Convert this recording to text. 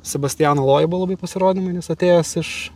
sebastiano loiba labai pasirodymai nes atėjęs iš